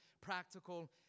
practical